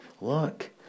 look